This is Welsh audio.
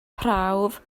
prawf